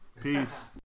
Peace